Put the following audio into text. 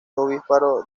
ovíparo